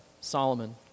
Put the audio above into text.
Solomon